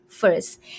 first